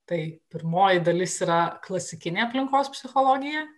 tai pirmoji dalis yra klasikinė aplinkos psichologija